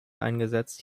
eingesetzt